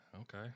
Okay